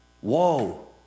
Whoa